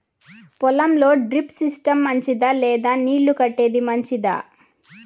పొలం లో drip system మంచిదా లేదా నీళ్లు కట్టేది మంచిదా?